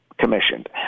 commissioned